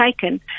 taken